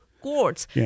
courts